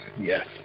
yes